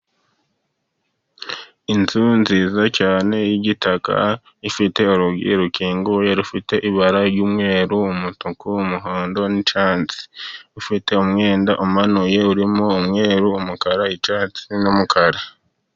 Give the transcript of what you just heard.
Inzu nziza cyane y'igitaka ifite urugi rukinguye, rufite ibara ry'umweru, umutuku, umuhondo n'icyatsi. Rufite umwenda umanuye, urimo umweru, umukara, icyatsi n'umukara.